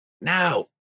Now